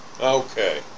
Okay